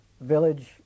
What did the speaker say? village